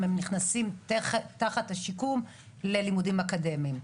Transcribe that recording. הם נכנסים תחת השיקום ללימודים אקדמיים.